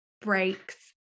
breaks